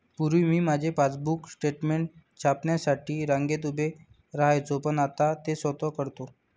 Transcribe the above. पूर्वी मी माझे पासबुक स्टेटमेंट छापण्यासाठी रांगेत उभे राहायचो पण आता ते स्वतः करतो